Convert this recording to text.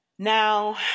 Now